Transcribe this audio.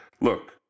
Look